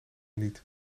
niet